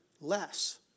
less